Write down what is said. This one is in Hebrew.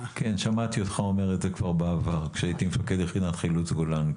שמעתי אותך אומר את זה כבר בעבר כשהייתי מפקד יחידת חילוץ גולן.